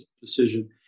decision